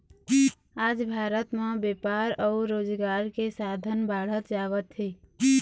आज भारत म बेपार अउ रोजगार के साधन बाढ़त जावत हे